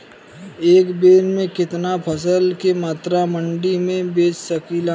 एक बेर में कितना फसल के मात्रा मंडी में बेच सकीला?